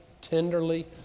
tenderly